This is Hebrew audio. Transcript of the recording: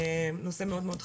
נושא מאוד מאוד חשוב.